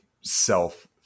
self